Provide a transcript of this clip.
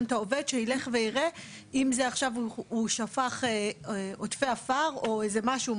את העובד שיילך ויראה אם זה עכשיו הוא שפך עודפי עפר או איזה משהו,